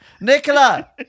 Nicola